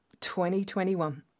2021